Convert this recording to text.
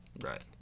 Right